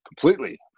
completely